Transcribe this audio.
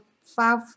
five